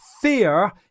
fear